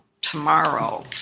tomorrow